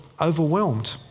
overwhelmed